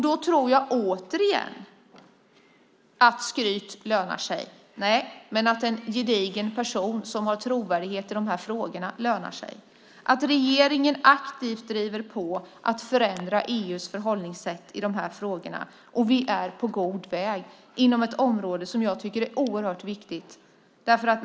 Då tror jag återigen att skryt lönar sig. Nej, men en gedigen person som har trovärdighet i de här frågorna lönar sig. Det handlar om att regeringen aktivt driver på för att förändra EU:s förhållningssätt i de här frågorna. Och vi är på god väg inom ett område som jag tycker är oerhört viktigt.